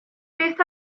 beth